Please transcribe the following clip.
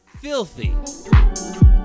filthy